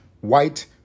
white